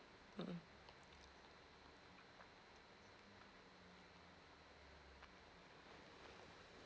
hmm